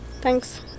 Thanks